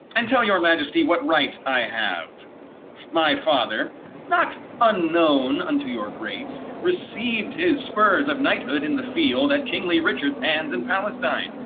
and tell your majesty what right i have my father not unknown unto your grace received his spurs of knighthood in the field at kingly richard's hands in palestine,